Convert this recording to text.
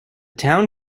town